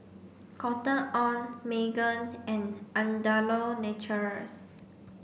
Cotton On Megan and Andalou Naturals